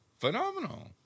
phenomenal